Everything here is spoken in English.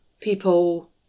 people